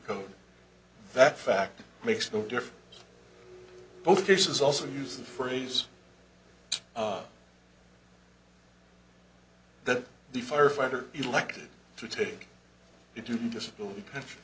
code that fact makes no difference both cases also use the phrase that the firefighter elected to take you to disability pension